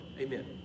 Amen